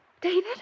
David